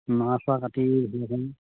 বাঁহ চাহ কাটি সেইদিনাখন